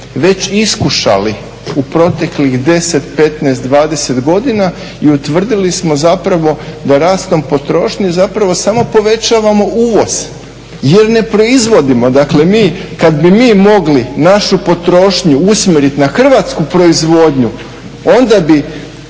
već iskušali u proteklih 10, 15, 20 godina i utvrdili smo zapravo da rastom potrošnje zapravo samo povećavamo uvoz jer ne proizvodimo dakle mi kada bi mi mogli našu potrošnju usmjeriti na hrvatsku proizvodnju onda bi